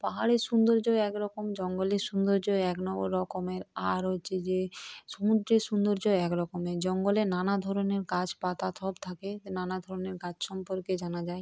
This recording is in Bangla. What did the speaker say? পাহাড়ের সৌন্দর্য একরকম জঙ্গলের সৌন্দর্য এক রকমের আর হচ্ছে যে সমুদ্রের সৌন্দর্য এক রকমের জঙ্গলে নানা ধরনের গাছ পাতা সব থাকে নানা ধরনের গাছ সম্পর্কে জানা যায়